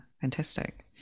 Fantastic